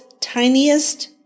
tiniest